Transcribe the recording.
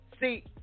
See